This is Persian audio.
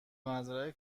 مزرعه